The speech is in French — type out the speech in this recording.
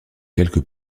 quelque